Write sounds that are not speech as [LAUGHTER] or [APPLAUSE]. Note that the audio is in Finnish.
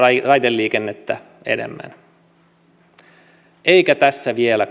raideliikennettä enemmän eikä tässä vielä [UNINTELLIGIBLE]